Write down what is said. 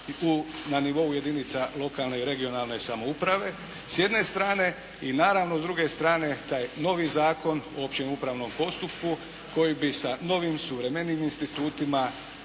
na nivou jedinica lokalne i regionalne samouprave s jedne strane i naravno s druge strane taj novi Zakon o općem upravnom postupku koji bi sa novim, suvremenijim institutima